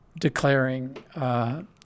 declaring